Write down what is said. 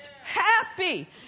happy